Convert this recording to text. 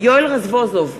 יואל רזבוזוב,